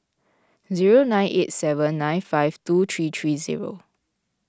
zero nine eight seven nine five two three three zero